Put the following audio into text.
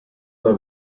una